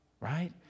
right